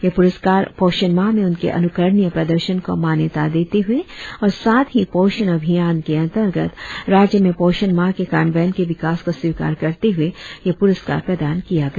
यह पुरस्कार पोषण माह में उनके अनुकरणीय प्रदर्शन को मान्यता देते हुए और साथ ही पोषण अभियान के अंतर्गत राज्य में पोषण माह के कार्यन्वयन के विकास को स्वीकार करते हुए यह पुरस्कार प्रदान किया गया